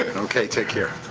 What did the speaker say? okay, take care.